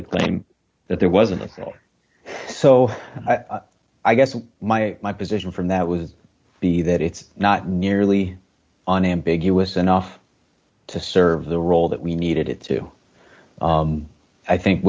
the claim that there wasn't a so i guess my my position from that was be that it's not nearly unambiguous enough to serve the role that we needed it to i think